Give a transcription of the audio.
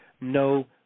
No